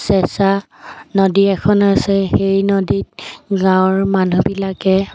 চেঁচা নদী এখন আছে সেই নদীত গাঁৱৰ মানুহবিলাকে